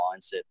mindset